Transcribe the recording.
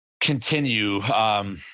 continue